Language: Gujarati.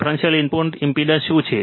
ડિફરન્સીઅલ ઇનપુટ ઇમ્પેડન્સ શું છે